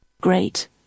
Great